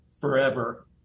forever